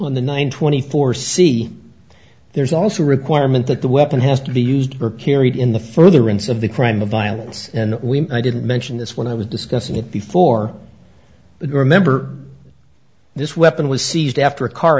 on the nine twenty four c there's also a requirement that the weapon has to be used for carried in the furtherance of the crime of violence and i didn't mention this when i was discussing it before but remember this weapon was seized after a car